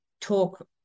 talk